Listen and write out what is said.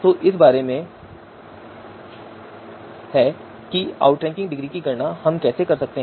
तो यह इस बारे में है कि हम आउटरैंकिंग डिग्री की गणना कैसे कर सकते हैं